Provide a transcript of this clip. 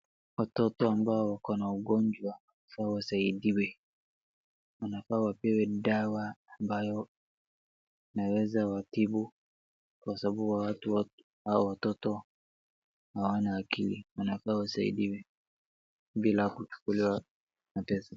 Watoto ambao wako na ugonjwa wanafaa wasaidiwe. Wanafaa wapewe dawa ambayo inaweza watibu kwa sababu hao watu, hao watoto hawana akili, wanafaa wasaidiwe bila kuchukuliwa mateso.